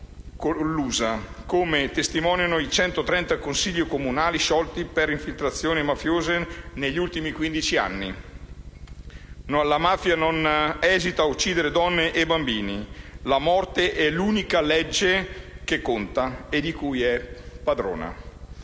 come testimoniano i 130 Consigli comunali sciolti per infiltrazioni mafiose negli ultimi quindici anni. La mafia non esita a uccidere donne e bambini: la morte è l'unica legge che conta e di cui è padrona.